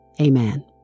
Amen